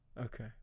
Okay